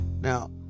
Now